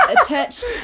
attached